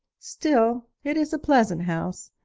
still it is a pleasant house,